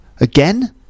again